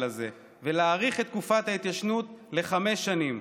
הזה ולהאריך את תקופת ההתיישנות לחמש שנים,